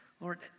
Lord